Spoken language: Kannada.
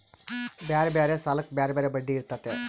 ಬ್ಯಾರೆ ಬ್ಯಾರೆ ಸಾಲಕ್ಕ ಬ್ಯಾರೆ ಬ್ಯಾರೆ ಬಡ್ಡಿ ಇರ್ತತೆ